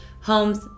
homes